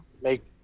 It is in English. make